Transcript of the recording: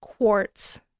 Quartz